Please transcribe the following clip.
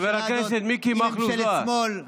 חבר הכנסת מיקי מכלוף זוהר.